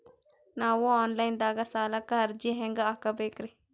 ನಾವು online ದಾಗ ಸಾಲಕ್ಕ ಅರ್ಜಿ ಹೆಂಗ ಹಾಕಬೇಕ್ರಿ?